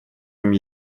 ним